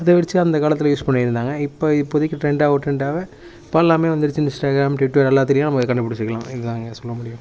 அதை வெச்சு அந்த காலத்தில் யூஸ் பண்ணி இருந்தாங்கள் இப்போ இப்போதிக்கி ட்ரெண்டாவே ட்ரெண்டாவே இப்போல்லாமே வந்துருச்சு இன்ஸ்டாக்ராம் ட்விட்டர் எல்லாத்திலேயும் நம்ம கண்டுப் பிடிச்சிக்கிலாம் இந்தாங்க சொல்ல முடியும்